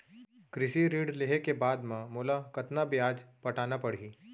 कृषि ऋण लेहे के बाद म मोला कतना ब्याज पटाना पड़ही?